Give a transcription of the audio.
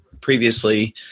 previously